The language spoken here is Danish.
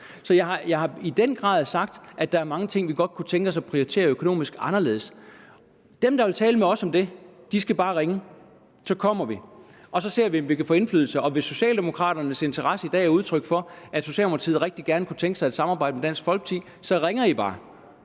Så jeg har i den grad sagt, at der er mange ting, vi godt kunne tænke os at prioritere økonomisk anderledes. Dem, der vil tale med os om det, skal bare ringe, så kommer vi, og så ser vi, om vi kan få indflydelse. Og hvis Socialdemokraternes interesse i dag er udtryk for, at Socialdemokraterne godt kunne tænke sig et samarbejde med Dansk Folkeparti, så skal man bare